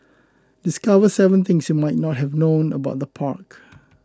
discover seven things you might not have known about the park